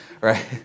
right